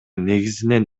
негизинен